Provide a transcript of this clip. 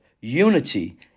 unity